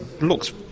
looks